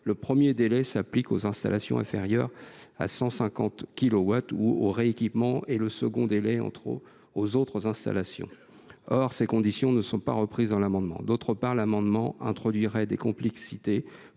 le premier délai s’applique aux installations inférieures à 150 kilowatts ou aux rééquipements et le second délai aux autres installations. De telles conditions ne sont pas reprises dans l’amendement. D’autre part, s’il était adopté, cet amendement introduirait des complexités